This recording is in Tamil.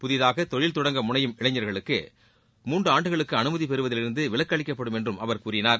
புதிதாக தொழில் தொடங்க முனையும் இளைஞர்களுக்கு மூன்றாண்டுகளுக்கு அனுமதி பெறுவதில் இருந்து விலக்கு அளிக்கப்படும் என்றும் அவர் கூறினார்